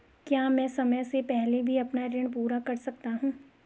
क्या मैं समय से पहले भी अपना ऋण पूरा कर सकता हूँ?